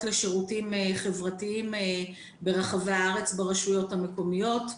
לשירותים חברתיים ברחבי הארץ ברשויות המקומיות.